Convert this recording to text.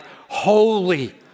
holy